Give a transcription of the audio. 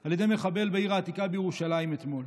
על ידי מחבל בעיר העתיקה בירושלים אתמול,